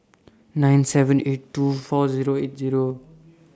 nine seven eight two four Zero eight Zero